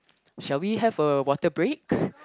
shall we have a water break